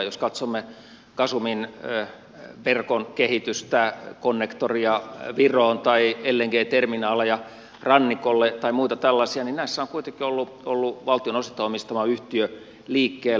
jos katsomme gasumin verkon kehitystä connectoria viroon tai lng terminaaleja rannikolle tai muita tällaisia niin näissä on kuitenkin ollut valtion osittain omistama yhtiö liikkeellä